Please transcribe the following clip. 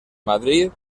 madrid